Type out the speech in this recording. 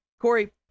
Corey